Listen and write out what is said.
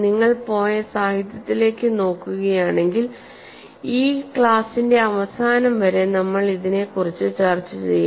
നിങ്ങൾ പോയി സാഹിത്യത്തിലേക്ക് നോക്കുകയാണെങ്കിൽ ഈ ക്ലാസിന്റെ അവസാനം വരെ നമ്മൾ ഇതിനെക്കുറിച്ച് ചർച്ച ചെയ്യും